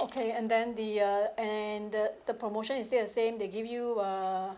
okay and then the uh and the the promotion is still the same they give you err